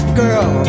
girl